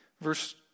Verse